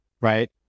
right